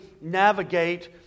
navigate